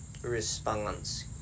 response